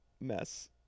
mess